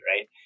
right